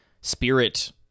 Spirit